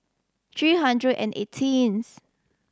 three hundred and eighteenth